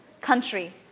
country